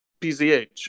PZH